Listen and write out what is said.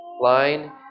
line